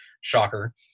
shocker